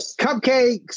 Cupcakes